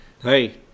Hey